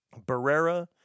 Barrera